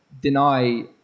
deny